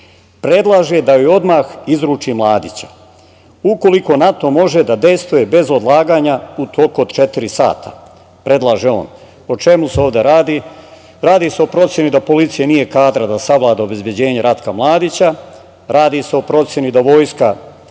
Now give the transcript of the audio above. predlaže da joj odmah izruči Mladića ukoliko NATO može da dejstvuje bez odlaganja u toku od četiri sata, predlaže on. O čemu se ovde radi? Radi se o proceni da policija nije kadra da savlada obezbeđenje Ratka Mladića. Radi se o proceni da vojska